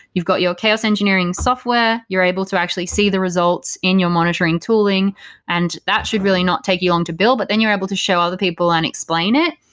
you've got your chaos engineering software, you're able to actually see the result in your monitoring tooling and that should really not take you long to build, but then you're able to show other people and explain it.